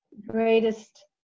greatest